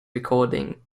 recording